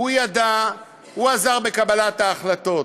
הוא ידע, הוא עזר בקבלת ההחלטות.